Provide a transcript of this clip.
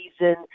reason